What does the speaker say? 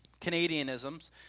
Canadianisms